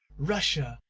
russia,